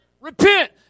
Repent